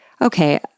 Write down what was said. okay